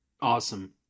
Awesome